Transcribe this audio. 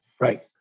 Right